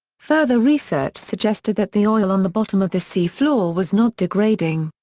further research suggested that the oil on the bottom of the seafloor was not degrading.